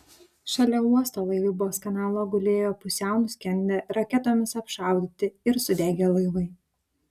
šalia uosto laivybos kanalo gulėjo pusiau nuskendę raketomis apšaudyti ir sudegę laivai